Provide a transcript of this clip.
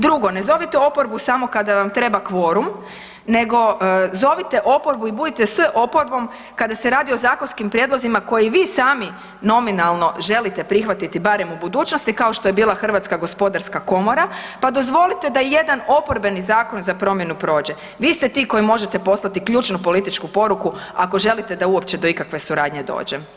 Drugo, ne zovite oporbu samo kada vam treba kvorum, nego zovite oporbu i budite s oporbom kada se radi o zakonskim prijedlozima koje vi sami nominalno želite prihvatiti barem u budućnosti, kao što je bila Hrvatska gospodarska komora, pa dozvolite da i jedan oporbeni zakon za promjenu prođe. vi ste ti koji možete poslati ključnu političku poruku, ako želite da uopće do ikakve suradnje dođe.